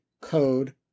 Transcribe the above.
code